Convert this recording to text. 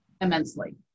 immensely